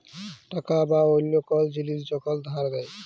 টাকা বা অল্য কল জিলিস যখল ধার দেয়